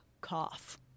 cough